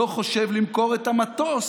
לא חושב למכור את המטוס,